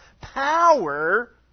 power